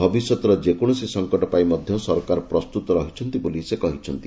ଭବିଷ୍ୟତର ଯେକୌଣସି ସଙ୍କଟ ପାଇଁ ମଧ୍ୟ ସରକାର ପ୍ରସ୍ତତ ରହିଛନ୍ତି ବୋଲି ସେ କହିଚ୍ଛନ୍ତି